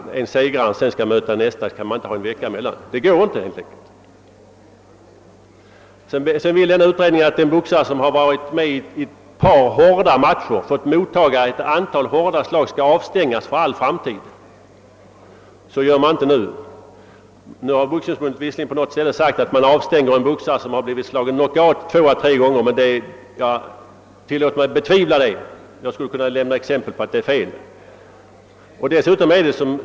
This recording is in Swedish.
Eftersom segraren skall möta en ny boxare osv. går det helt enkelt inte. Utredningen vill att en boxare som varit med i ett par hårda matcher och fått motta ett antal hårda slag skall avstängas för all framtid, men så sker inte nu. Boxningsförbundet har visserligen i något sammanhang sagt, att det avstänger en boxare som har blivit slagen knockout två å tre gånger, men jag tillåter mig betvivla detta. Jag skulle också kunna lämna exempel på att det inte förhåller sig så.